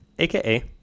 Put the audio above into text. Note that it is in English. AKA